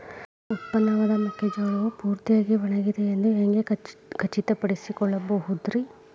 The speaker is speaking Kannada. ನನ್ನ ಉತ್ಪನ್ನವಾದ ಮೆಕ್ಕೆಜೋಳವು ಪೂರ್ತಿಯಾಗಿ ಒಣಗಿದೆ ಎಂದು ಹ್ಯಾಂಗ ಖಚಿತ ಪಡಿಸಿಕೊಳ್ಳಬಹುದರೇ?